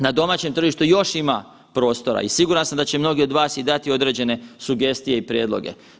Na domaćem tržištu još ima prostora i siguran sam da će mnogi od vas i dati određene sugestije i prijedloge.